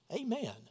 Amen